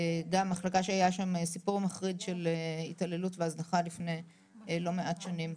זו גם מחלקה שהיה בה סיפור מחריד של התעללות והזנחה לפני לא מעט שנים.